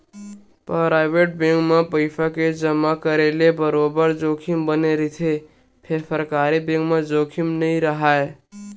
private bank म पइसा के जमा करे ले बरोबर जोखिम बने रहिथे फेर सरकारी बेंक म जोखिम नइ राहय